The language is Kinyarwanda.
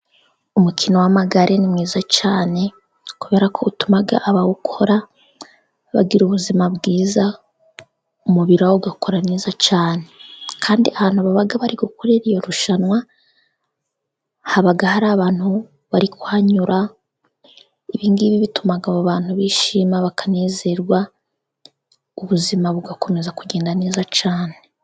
Umukino w'amagare ni mwiza cyane, kubera ko utuma abawukora bagira ubuzima bwiza umubiri ugakora neza cyane. Kandi ahantu baba bari kuri iryo rushanwa, haba hari abantu bari kuhanyura. Ibi bituma abo bantu bishima bakanezerwa, ubuzima bugakomeza kugenda neza cyane.